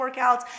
workouts